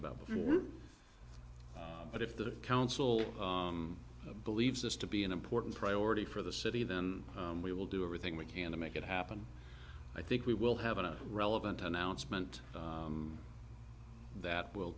about but if the council believes this to be an important priority for the city then we will do everything we can to make it happen i think we will have a relevant announcement that will